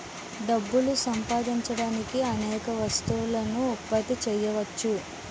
డబ్బులు సంపాదించడానికి అనేక వస్తువులను ఉత్పత్తి చేయవచ్చు